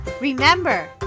remember